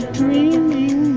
dreaming